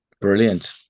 brilliant